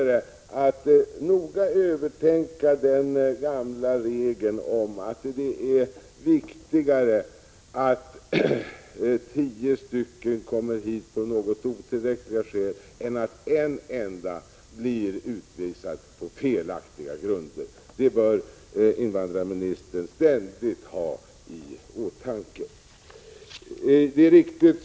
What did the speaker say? Vi måste noga tänka på den gamla regeln som säger att det är viktigare att tio personer kommer hit på något otillräckliga skäl än att en enda blir utvisad på felaktiga grunder. Invandrarministern bör ständigt ha detta i åtanke.